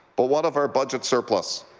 but what of our budget surplus?